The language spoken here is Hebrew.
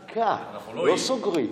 אנחנו לא אי.